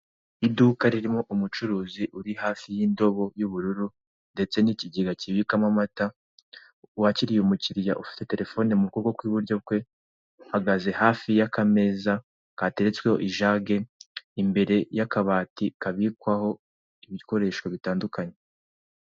Iduka ririmo umucuruzi uri hafi y'indobo y'ubururu, ndetse n'ikigega kibikwamo amata, wakiriye umukiriya ufite telefone mu kuboko kw'iburyo kwe, ahagaze hafi y'akameza kateretsweho ijage, imbere y'akabati kabikwaho ibikoresho bitandukanye.